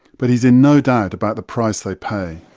but he is in no doubt about the price they pay.